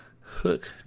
hook